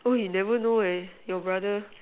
oh you never know eh your brother